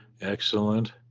Excellent